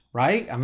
right